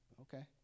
Okay